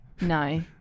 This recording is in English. No